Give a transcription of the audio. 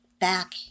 back